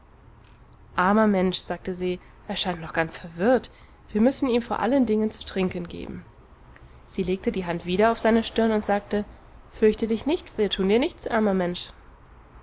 armer mensch sagte se er scheint noch ganz verwirrt wir müssen ihm vor allen dingen zu trinken geben sie legte die hand wieder auf seine stirn und sagte fürchte dich nicht wir tun dir nichts armer mensch